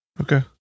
Okay